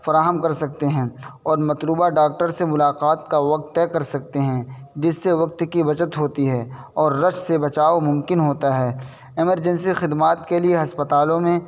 فراہم کر سکتے ہیں اور مطلوبہ ڈاکٹر سے ملاقات کا وقت طے کر سکتے ہیں جس سے وقت کی بچت ہوتی ہے اور رش سے بچاؤ ممکن ہوتا ہے ایمرجنسی خدمات کے لیے اسپتالوں میں